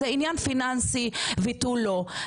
זה עניין פיננסי ותו לא,